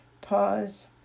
Pause